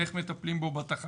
איך מטפלים בו בתחנה.